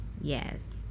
Yes